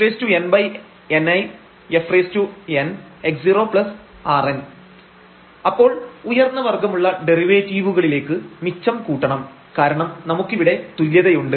f Rn അപ്പോൾ ഉയർന്ന വർഗ്ഗമുള്ള ഡെറിവേറ്റീവുകളിലേക്ക് മിച്ചം കൂട്ടണം കാരണം നമുക്കിവിടെ തുല്യതയുണ്ട്